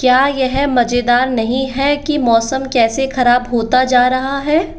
क्या यह मज़ेदार नहीं है कि मौसम कैसे खराब होता जा रहा है